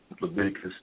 Leviticus